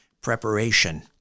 preparation